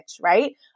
right